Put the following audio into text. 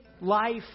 life